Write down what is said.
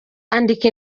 andika